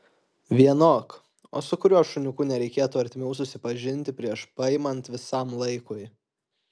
vienok o su kuriuo šuniuku nereikėtų artimiau susipažinti prieš paimant visam laikui